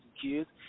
kids